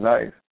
Nice